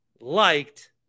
liked